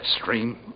stream